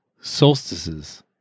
solstices